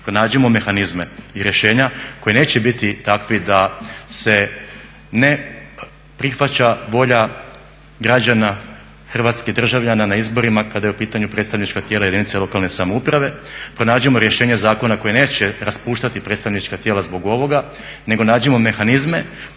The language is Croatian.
pronađimo mehanizme i rješenja koji neće biti takvi da se ne prihvaća volja građana hrvatskih državljana na izborima kada su u pitanju predstavnička tijela jedinice lokalne samouprave, pronađimo rješenje zakona koji neće raspuštati predstavnička tijela zbog ovoga nego nađimo mehanizme koji će